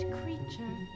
creature